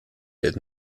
did